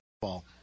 football